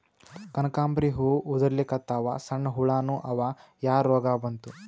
ಕನಕಾಂಬ್ರಿ ಹೂ ಉದ್ರಲಿಕತ್ತಾವ, ಸಣ್ಣ ಹುಳಾನೂ ಅವಾ, ಯಾ ರೋಗಾ ಬಂತು?